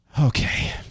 Okay